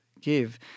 give